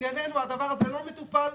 הדבר הזה לא מטופל,